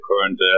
current